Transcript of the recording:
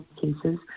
cases